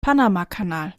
panamakanal